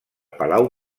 palau